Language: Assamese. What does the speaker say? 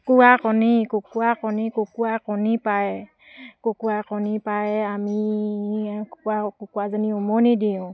কুকুৰাৰ কণী কুকুৰাৰ কণী কুকুৰাই কণী পাৰে কুকুৰাই কণী পাৰে আমি কুকুৰা কুকুৰাজনী উমনিত দিওঁ